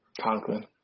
Conklin